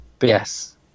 Yes